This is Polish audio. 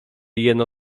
jeno